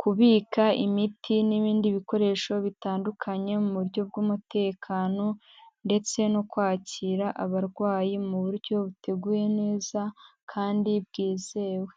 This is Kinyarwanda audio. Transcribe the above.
kubika imiti n' ibindi bikoresho bitandukanye mu buryo bw'umutekano, ndetse no kwakira abarwayi mu buryo buteguye neza kandi bwizewe.